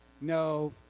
No